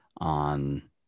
on